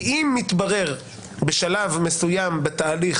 כי אם מתברר בשלב מסוים בתהליך,